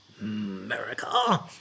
America